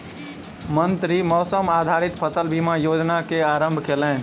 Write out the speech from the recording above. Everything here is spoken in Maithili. मंत्री मौसम आधारित फसल बीमा योजना के आरम्भ केलैन